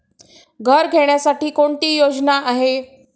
घर घेण्यासाठी कोणती योजना आहे?